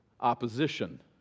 opposition